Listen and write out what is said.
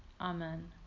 Amen